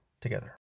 together